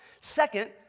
Second